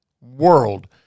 world